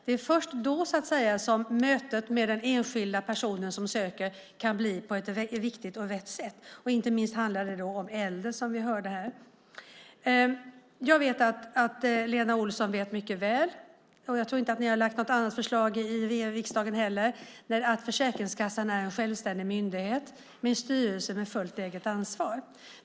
Det är först då som mötet med den enskilda personen som söker hjälp kan ske på ett rätt och riktigt sätt. Inte minst handlar det då om äldre, som vi hörde här. Jag vet att Lena Olsson mycket väl vet - jag tror inte att ni har lagt fram något annat för slag i riksdagen heller - att Försäkringskassan är en självständig myndighet med en styrelse som fullt ut har ett eget ansvar.